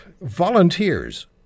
volunteers